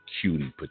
cutie